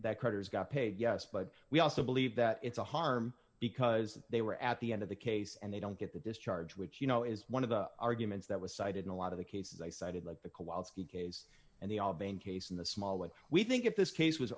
that creditors got paid yes but we also believe that it's a harm because they were at the end of the case and they don't get the discharge which you know is one of the arguments that was cited in a lot of the cases i cited like the koala ski case and the all being case in the small way we think of this case was